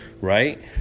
Right